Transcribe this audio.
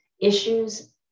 issues